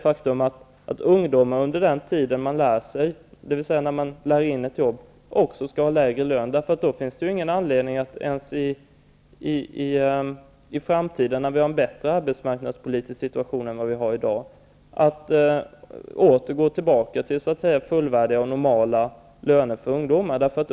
Om ungdomar skall ha lägre lön under tiden de lär in ett jobb, finns det ingen anledning att i framtiden, när vi har en bättre arbetsmarknadspolitisk situation än vi har i dag, återgå till fullvärdiga och normala löner för ungdomar.